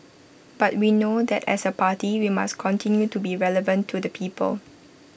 but we know that as A party we must continue to be relevant to the people